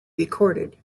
recorded